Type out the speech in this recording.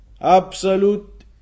absolute